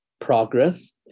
progress